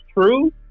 true